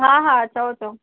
हा हा चओ चओ